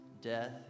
death